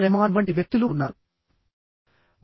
రెహమాన్ వంటి వ్యక్తులు ఉన్నారు